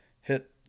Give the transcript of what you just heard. hit